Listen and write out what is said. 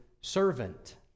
servant